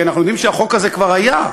כי אנחנו יודעים שהחוק הזה כבר היה,